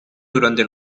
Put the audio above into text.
durante